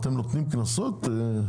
נותנים קנסות?